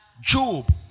Job